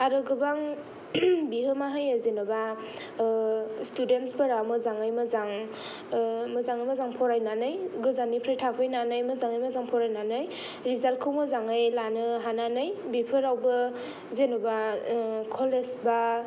आरो गोबां बिहोमा होयो जेन'बा स्थुदेनटसफोरा मोजाङै मोजां मोजाङै मोजां फरायनानै गोजाननिफ्राय थाफैनानै मोजाङै मोजां फरायनानै रिजाल्टखौ मोजाङै लानो हानानै बेफोरावबो जेन'बा कलेज बा